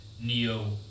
Neo